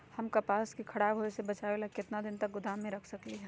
हम कपास के खराब होए से बचाबे ला कितना दिन तक गोदाम में रख सकली ह?